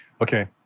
Okay